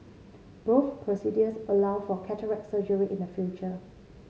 both procedures allow for cataract surgery in the future